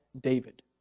David